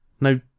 no